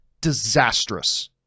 disastrous